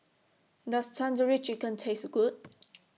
Does Tandoori Chicken Taste Good